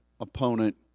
opponent